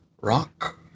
rock